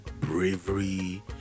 bravery